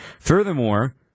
Furthermore